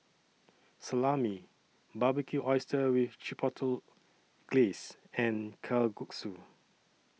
Salami Barbecued Oysters with Chipotle Glaze and Kalguksu